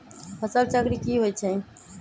फसल चक्र की होइ छई?